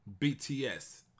BTS